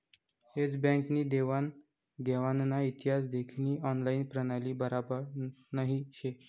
S Bank नी देवान घेवानना इतिहास देखानी ऑनलाईन प्रणाली बराबर नही शे